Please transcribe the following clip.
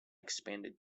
expanded